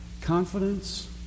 confidence